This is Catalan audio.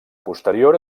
posterior